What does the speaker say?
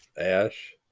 Ash